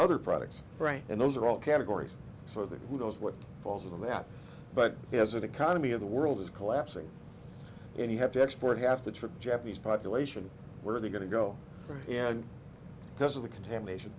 other products and those are all categories so that who knows what falls out of that but has an economy of the world is collapsing and you have to export half the trick japanese population where are they going to go and because of the contamination